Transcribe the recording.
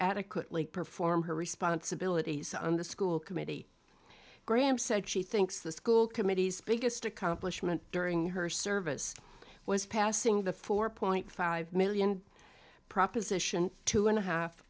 adequately perform her responsibilities on the school committee graham said she thinks the school committee's biggest accomplishment during her service was passing the four point five million proposition two and a half